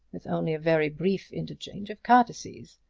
with only a very brief interchange of courtesies.